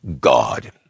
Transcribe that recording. God